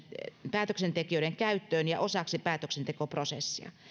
päätöksentekijöiden käyttöön ja osaksi päätöksentekoprosessia